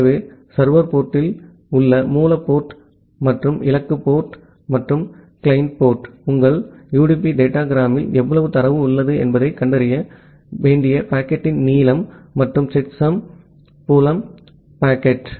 எனவே சர்வர் போர்ட்டில் உள்ள மூல போர்ட் மற்றும் இலக்கு போர்ட் மற்றும் கிளையன்ட் போர்ட் உங்கள் யுடிபி டேட்டாகிராமில் எவ்வளவு தரவு உள்ளது என்பதைக் கண்டறிய வேண்டிய பாக்கெட்டின் நீளம் மற்றும் செக்ஸம் புலம் பாக்கெட்